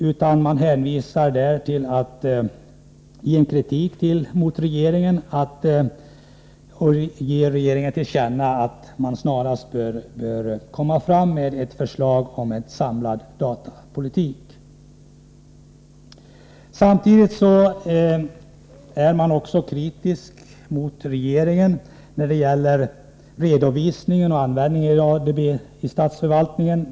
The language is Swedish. Utskottsmajoriteten uttalar — och framför därvid kritik mot regeringen — att det som utskottet anfört om behovet av ett samlat datapolitiskt program bör ges regeringen till känna. Samtidigt är utskottsmajoriteten kritisk mot regeringen när det gäller redovisningen av användningen av ADB i statsförvaltningen.